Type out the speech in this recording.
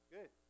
Good